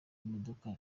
imodoka